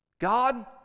God